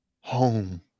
home